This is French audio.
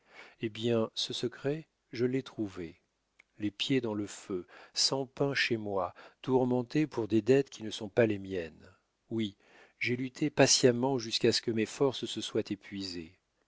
eh bien ce secret je l'ai trouvé les pieds dans le feu sans pain chez moi tourmenté pour des dettes qui ne sont pas les miennes oui j'ai lutté patiemment jusqu'à ce que mes forces se soient épuisées